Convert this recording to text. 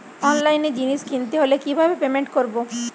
অনলাইনে জিনিস কিনতে হলে কিভাবে পেমেন্ট করবো?